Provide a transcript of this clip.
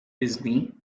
disney